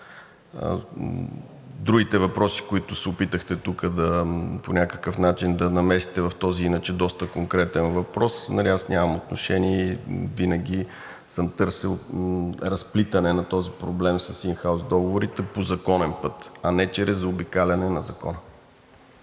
другите въпроси, които се опитахте тук по някакъв начин да намесите в този иначе доста конкретен въпрос, аз нямам отношение и винаги съм търсил разплитане на този проблем с ин хаус договорите по законен път, а не чрез заобикаляне на закона.